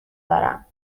دارم